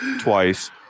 twice